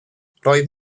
roedd